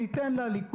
עודד,